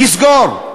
תסגור.